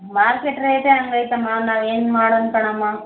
market ರೇಟೆ ಹಂಗೆ ಐತೆ ಅಮ್ಮಾ ನಾವು ಏನು ಮಾಡಣ್ ಕಣಮ್ಮ